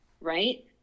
right